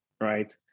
right